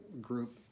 group